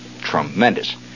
Tremendous